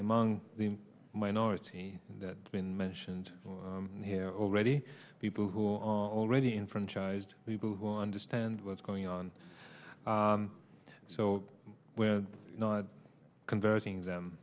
among the minority that been mentioned here already people who are already in franchised people who understand what's going on so we're not converting them